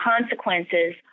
consequences